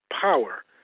power